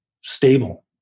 stable